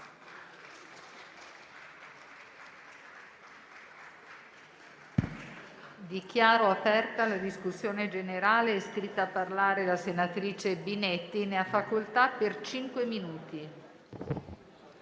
Dichiaro aperta la discussione generale. È iscritta a parlare la senatrice Binetti. Ne ha facoltà.